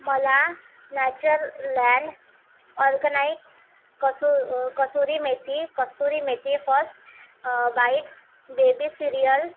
मला natural land organics कसु kasuri methi kasturi methi first bites baby cereal